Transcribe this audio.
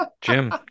Jim